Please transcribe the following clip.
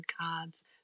cards